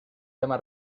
tema